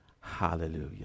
Hallelujah